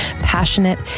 passionate